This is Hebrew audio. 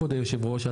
כבוד היושב ראש,